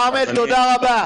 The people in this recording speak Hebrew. כרמל, תודה רבה.